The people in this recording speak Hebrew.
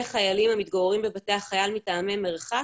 וחיילים המתגוררים בבתי חייל מטעמי מרחק,